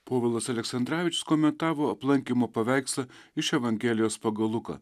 povilas aleksandravičius komentavo aplankymo paveikslą iš evangelijos pagal luką